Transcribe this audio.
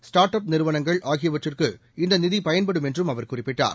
start up நிறுவனங்கள் ஆகியவற்றுக்கு இந்த நிதி பயன்படும் என்றும் அவர் குறிப்பிட்டார்